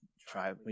try